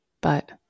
but-